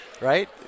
right